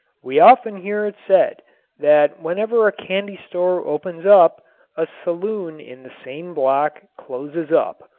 we often hear it said that whenever a candy store opens up a saloon in the same block closes up.